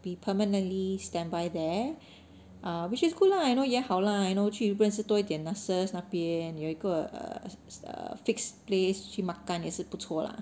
be permanently standby there uh which is good lah you know 也好 lah you know 去认识多一点 nurses 那边有一个 err a fixed place 去 makan 也是不错 lah